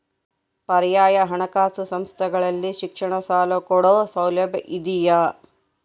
ಪರ್ಯಾಯ ಹಣಕಾಸು ಸಂಸ್ಥೆಗಳಲ್ಲಿ ಶಿಕ್ಷಣ ಸಾಲ ಕೊಡೋ ಸೌಲಭ್ಯ ಇದಿಯಾ?